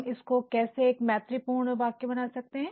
हम इसको कैसे एक मैत्रीपूर्ण वाक्य बना सकते हैं